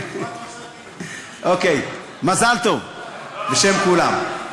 אוקיי, מזל טוב בשם כולם.